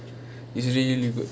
is really very good